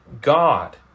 God